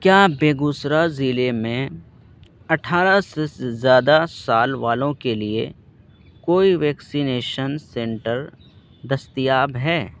کیا بیگوسرا ضلع میں اٹھارہ سے زیادہ سال والوں کے لیے کوئی ویکسینیشن سنٹر دستیاب ہے